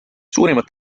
suurimad